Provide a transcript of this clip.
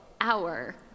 hour